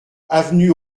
avenue